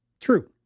True